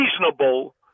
reasonable